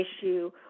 issue